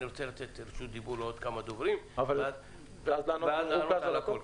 אני רוצה לתת רשות דיבור לעוד כמה דוברים ואז תענה על הכל.